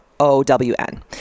O-W-N